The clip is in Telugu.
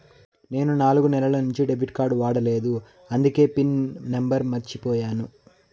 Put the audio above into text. నేను నాలుగు నెలల నుంచి డెబిట్ కార్డ్ వాడలేదు అందికే పిన్ నెంబర్ మర్చిపోయాను